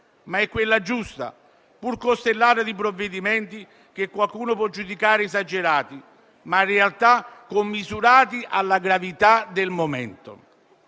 ma è quella giusta, pur costellata di provvedimenti che qualcuno può giudicare esagerati (ma in realtà commisurati alla gravità del momento).